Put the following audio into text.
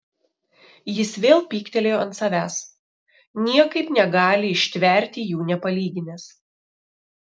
jis vėl pyktelėjo ant savęs niekaip negali ištverti jų nepalyginęs